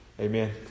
Amen